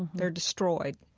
they're destroyed.